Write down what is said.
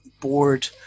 board